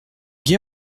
gué